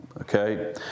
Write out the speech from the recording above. okay